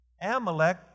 Amalek